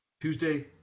Tuesday